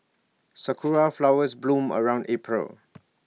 Sakura Flowers bloom around April